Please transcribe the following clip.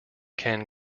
can